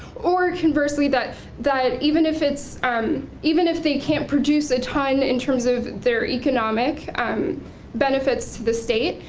or conversely that that even if it's um even if they can't produce a ton in terms of their economic um benefits to the state,